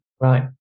Right